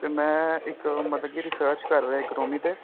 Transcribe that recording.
ਅਤੇ ਮੈਂ ਇੱਕ ਮਤਲਬ ਕਿ ਰਿਸਰਚ ਕਰ ਰਿਹਾ ਇਕਨੋਮੀ 'ਤੇ